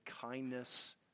kindness